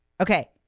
Okay